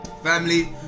Family